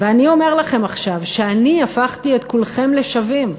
ואני אומר לכם עכשיו שאני הפכתי את כולכם לשווים,